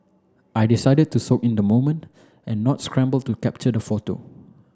I decided to soak in the moment and not scramble to capture the photo